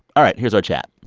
all right, here's our chat